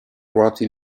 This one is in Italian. ruote